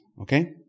Okay